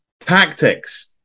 tactics